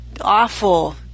awful